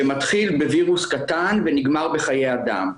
שמתחיל בווירוס קטן ונגמר בחיי אדם.